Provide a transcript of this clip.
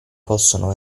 possono